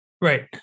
right